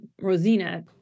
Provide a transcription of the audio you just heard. Rosina